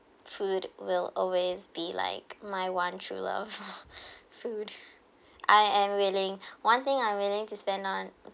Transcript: food will always be like my one true love food I am willing one thing I'm willing to spend on